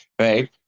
Right